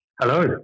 Hello